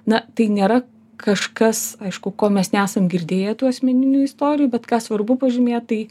na tai nėra kažkas aišku ko mes nesam girdėję tų asmeninių istorijų bet ką svarbu pažymėt tai